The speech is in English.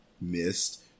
missed